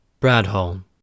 BRADHALL